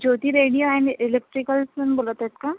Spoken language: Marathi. ज्योती रेडियो अँड इलेक्ट्रिकल्समधून बोलत आहेत का